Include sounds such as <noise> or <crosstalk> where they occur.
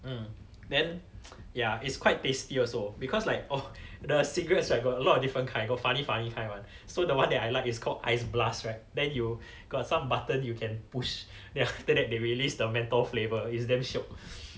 mmhmm then <noise> ya it's quite tasty also because like oh the cigarettes right got a lot of different kind got funny funny kind [one] so the one that I like is called ice blast right then you got some button you can push then after that they released the menthol flavour is damn shiok